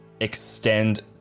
extend